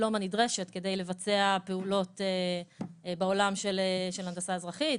הדיפלומה נדרשת כדי לבצע פעולות בעולם של הנדסה אזרחית,